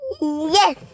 Yes